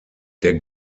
der